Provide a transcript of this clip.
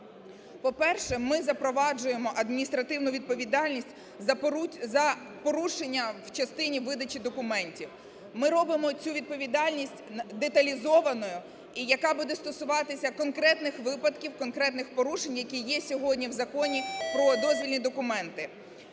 По-перше, ми запроваджуємо адміністративну відповідальність за порушення в частині видачі документів. Ми робимо цю відповідальність деталізованою і яка буде стосуватися конкретних випадків, конкретних порушень, які є сьогодні в Законі про дозвільні документи.